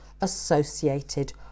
associated